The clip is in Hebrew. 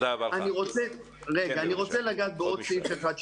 אני רוצה לגעת בעוד סעיף אחד,